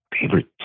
Favorite